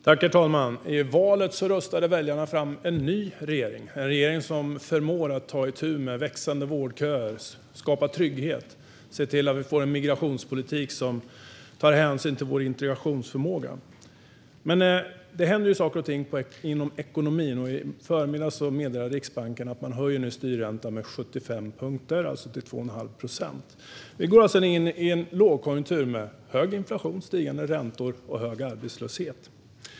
Herr talman! I valet röstade väljarna fram en ny regering, en regering som förmår att ta itu med växande vårdköer, skapa trygghet och se till att vi får en migrationspolitik som tar hänsyn till vår integrationsförmåga. Men det händer saker och ting inom ekonomin. I förmiddags meddelade Riksbanken att man nu höjer styrräntan med 75 punkter, alltså till 2 1⁄2 procent. Vi går alltså in i en lågkonjunktur, med hög inflation, stigande räntor och hög arbetslöshet.